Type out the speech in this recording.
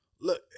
Look